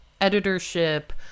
editorship